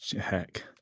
Heck